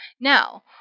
now